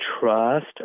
trust